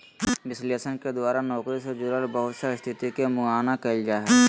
विश्लेषण के द्वारा नौकरी से जुड़ल बहुत सा स्थिति के मुआयना कइल जा हइ